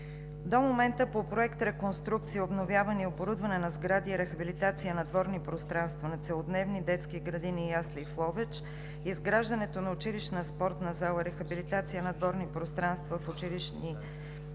До момента по Проект „Реконструкция, обновяване и оборудване на сгради и рехабилитация на дворни пространства на целодневни детски градини и ясли в Ловеч, изграждането на училищна спортна зала, рехабилитация на дворни пространства в общински